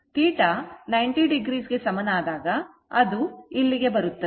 θ 90o ಗೆ ಸಮನಾದಾಗ ಅದು ಇಲ್ಲಿಗೆ ಬರುತ್ತದೆ